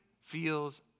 feels